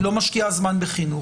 היא לא משקיעה זמן בחינוך.